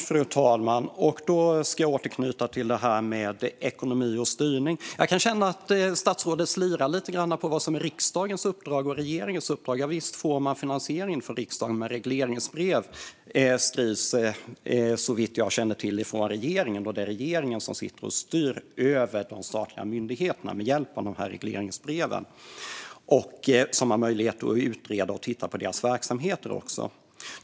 Fru talman! Då ska jag återknyta till det här med ekonomi och styrning. Jag kan känna att statsrådet slirar lite grann på vad som är riksdagens uppdrag och regeringens uppdrag. Javisst får man finansieringen från riksdagen, men regleringsbrev skrivs såvitt jag känner till av regeringen. Och det är regeringen som styr över de statliga myndigheterna med hjälp av dessa regleringsbrev och som har möjlighet att utreda och titta på deras verksamheter.